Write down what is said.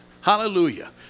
Hallelujah